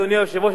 אדוני היושב-ראש,